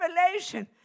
revelation